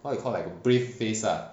what you call like a brave face ah